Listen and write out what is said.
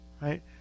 Right